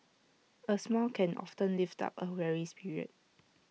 A smile can often lift up A weary spirit